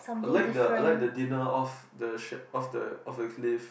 I like the I like the dinner of the shirt of the of the cliff